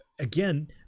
again